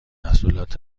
محصولات